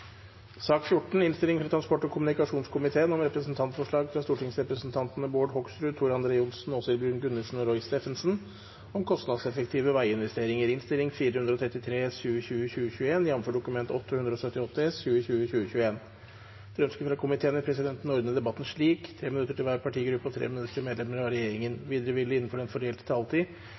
sak nr. 14. Etter ønske fra transport- og kommunikasjonskomiteen vil presidenten ordne debatten slik: 3 minutter til hver partigruppe og 3 minutter til medlemmer av regjeringen. Videre vil det – innenfor den fordelte taletid